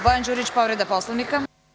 Bojan Đurić, povreda poslovnika.